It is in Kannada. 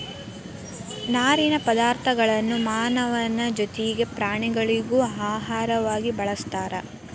ನಾರಿನ ಪದಾರ್ಥಗಳನ್ನು ಮಾನವನ ಜೊತಿಗೆ ಪ್ರಾಣಿಗಳಿಗೂ ಆಹಾರವಾಗಿ ಬಳಸ್ತಾರ